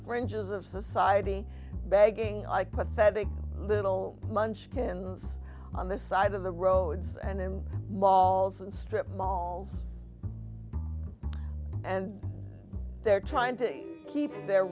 fringes of society begging like pathetic little munchkins on the side of the roads and in malls and strip mall and they're trying to keep their